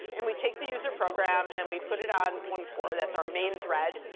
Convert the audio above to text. and we take the user program, and we put it on one core. that's our main thread.